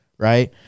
Right